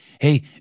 Hey